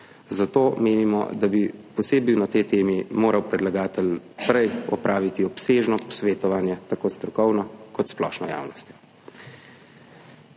zato menimo, da bi posebej pri tej temi moral predlagatelj prej opraviti obsežno posvetovanje tako s strokovno kot splošno javnostjo.